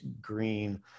green